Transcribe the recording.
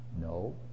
No